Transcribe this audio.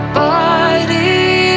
body